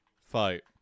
fight